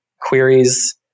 queries